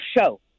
show